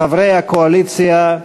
חברי הקואליציה,